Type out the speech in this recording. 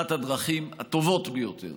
אחת הדרכים הטובות ביותר